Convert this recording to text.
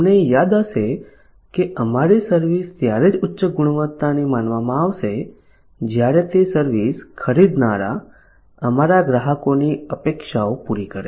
તમને યાદ હશે કે અમારી સર્વિસ ત્યારે જ ઉચ્ચ ગુણવત્તાની માનવામાં આવશે જ્યારે તે સર્વિસ ખરીદનારા અમારા ગ્રાહકોની અપેક્ષાઓ પૂરી કરે